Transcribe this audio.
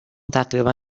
تقریبا